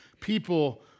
people